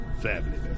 family